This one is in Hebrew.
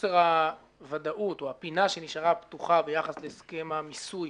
חוסר הוודאות או הפינה שנשארה פתוחה ביחס להסכם המיסוי